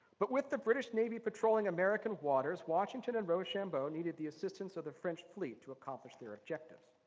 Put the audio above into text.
but with the british navy patrolling american waters, washington and rochambeau needed the assistance of the french fleet to accomplish their objectives.